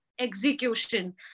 execution